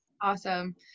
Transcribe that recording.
Awesome